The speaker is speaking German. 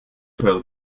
teure